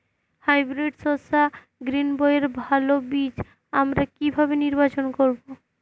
Hybrid শসা গ্রীনবইয়ের ভালো বীজ আমরা কিভাবে নির্বাচন করব?